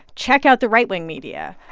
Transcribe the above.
check out the right-wing media,